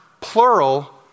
plural